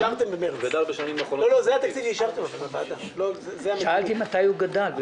שאלתי מתי הוא גדל?